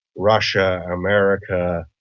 russia, america,